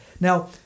Now